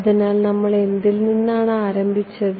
അതിനാൽ നമ്മൾ എന്തിൽനിന്നാണ് ആരംഭിച്ചത്